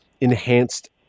enhanced